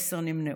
עשר נמנעו.